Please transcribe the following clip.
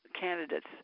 candidates